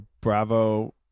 Bravo